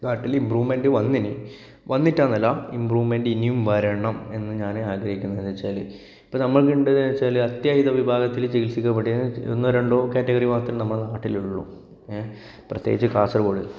നാട്ടില് ഇംപ്രൂവ്മെന്റ് വന്നു വന്നിട്ടില്ല എന്നല്ല ഇംപ്രൂവ്മെന്റ് ഇനിയും വരണം എന്ന് ഞാന് ആഗ്രഹിക്കുന്നത് എന്നുവെച്ചാല് ഇപ്പോൾ നമുക്ക് ഉണ്ട് വെച്ചാല് അത്യാഹിതം വിഭാഗത്തില് ചികിൽസിക്കുക ഇവിടെയാണ് ഒന്നോ രണ്ടോ കാറ്റഗറി മാത്രമേ നമ്മളുടെ നാട്ടില് ഉള്ളു പ്രത്യേകിച്ച് കാസർഗോഡ്